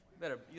better